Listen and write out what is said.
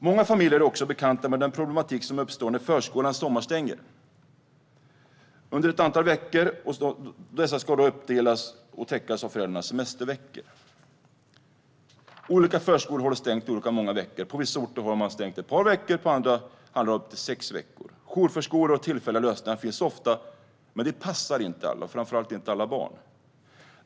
Många familjer är bekanta med den problematik som uppstår när förskolan sommarstänger under ett antal veckor. Dessa veckor ska då täckas av föräldrarnas semesterveckor. Olika förskolor håller stängt olika många veckor. På vissa orter håller man stängt ett par veckor, medan det på andra orter handlar om upp till sex veckor. Jourförskolor och tillfälliga lösningar finns ofta. Men detta passar inte alla, framför allt inte alla barn.